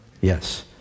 yes